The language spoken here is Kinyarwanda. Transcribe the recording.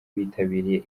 bitabiriye